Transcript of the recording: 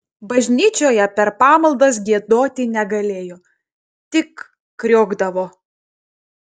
bažnyčioje per pamaldas giedoti negalėjo tik kriokdavo